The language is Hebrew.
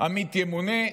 עמית ימונה.